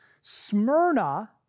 Smyrna